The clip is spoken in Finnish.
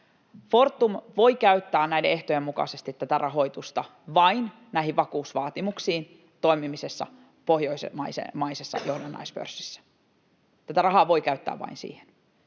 Fortum voi käyttää näiden ehtojen mukaisesti tätä rahoitusta vain näihin vakuusvaatimuksiin toimiessaan pohjoismaisessa johdannaispörssissä. Tätä rahaa voi käyttää vain siihen.